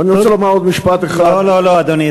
ואני רוצה לומר עוד משפט אחד, לא, לא, לא, אדוני.